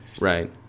Right